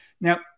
Now